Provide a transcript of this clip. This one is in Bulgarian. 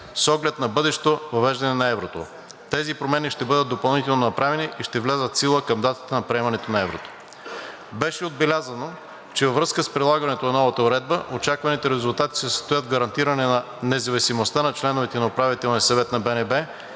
с оглед на бъдещото въвеждане на еврото. Тези промени ще бъдат допълнително направени и ще влязат в сила към датата на приемане на еврото. Беше отбелязано, че във връзка с прилагането на новата уредба очакваните резултати се състоят в гарантиране на независимостта на членовете на Управителния съвет на БНБ